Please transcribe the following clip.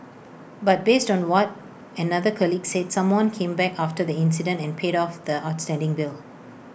but based on what another colleague said someone came back after the incident and paid off the outstanding bill